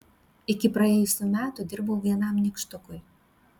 iki praėjusių metų dirbau vienam nykštukui